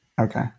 Okay